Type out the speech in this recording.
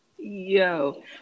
yo